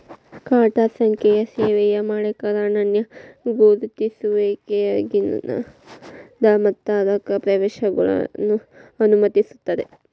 ಖಾತಾ ಸಂಖ್ಯೆಯು ಸೇವೆಯ ಮಾಲೇಕರ ಅನನ್ಯ ಗುರುತಿಸುವಿಕೆಯಾಗಿರ್ತದ ಮತ್ತ ಅದಕ್ಕ ಪ್ರವೇಶವನ್ನ ಅನುಮತಿಸುತ್ತದ